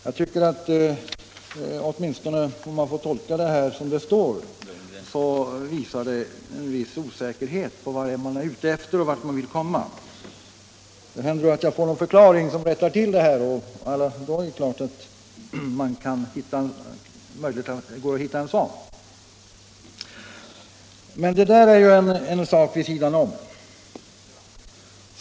Om jag får tolka det här som det står, finner jag en viss osäkerhet om vart man egentligen vill komma. Men det kan hända att jag får någon förklaring som rättar till det. Det är möjligt att det går att hitta en sådan. Det här är emellertid en sak vid sidan om.